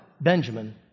Benjamin